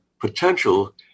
potential